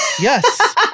Yes